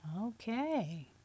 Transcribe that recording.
Okay